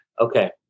Okay